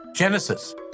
Genesis